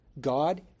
God